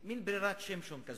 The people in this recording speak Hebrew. מין ברירת שמשון כזאת,